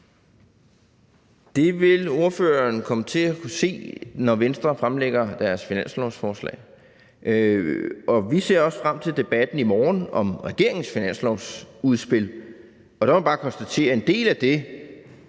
Det vil ordføreren komme til at kunne se, når Venstre fremlægger sit finanslovsforslag, og vi ser også frem til debatten i morgen om regeringens finanslovsudspil. Der må man bare konstatere, at en del af det